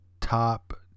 top